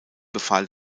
befahl